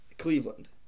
Cleveland